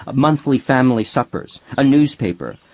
ah monthly family suppers, a newspaper,